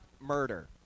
murder